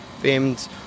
famed